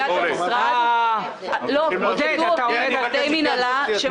עובדי מינהלה,